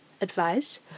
advice